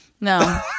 No